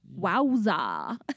Wowza